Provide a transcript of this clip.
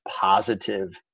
positive